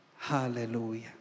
Hallelujah